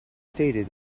stated